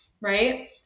right